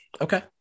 Okay